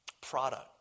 product